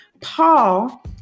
Paul